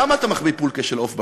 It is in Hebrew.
למה אתה מחביא פולקע של עוף בכיס?